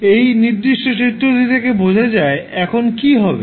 এই নির্দিষ্ট চিত্রটি থেকে বোঝা যায় এখানে কি হবে